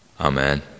Amen